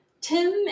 Tim